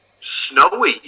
snowy